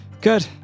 good